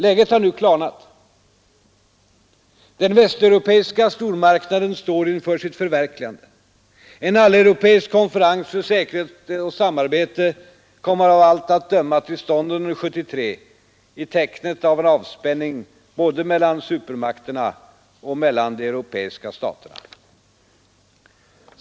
Läget har nu klarnat. Den västeuropeiska stormarknaden står inför sitt förverkligande. En alleuropeisk konferens för säkerhet och samarbete kommer av allt att döma till stånd under 1973 i tecknet av en avspänning både mellan supermakterna och mellan de europeiska staterna.